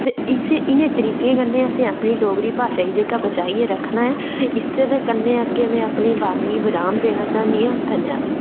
ते इसी इ'यां तरीके कन्नै असें अपनी डोगरी भाशा गी जेह्का बचाइयै रक्खना ऐ इस्सै दे कन्नै अग्गें में अपनी बात गी विराम देना चाह्न्नी आं धन्नवाद